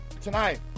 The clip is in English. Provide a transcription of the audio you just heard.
tonight